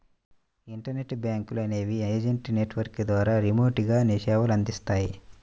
internet బ్యాంకులు అనేవి agent network ద్వారా రిమోట్గా సేవలనందిస్తాయి